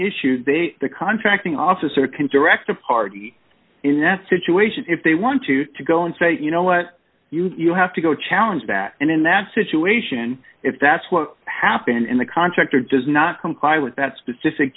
issue they are contracting officer can direct a party in that situation if they want to to go and say you know what you have to go challenge that and in that situation if that's what happened in the contract or does not comply with that specific